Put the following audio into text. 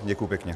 Děkuji pěkně.